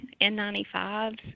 N95s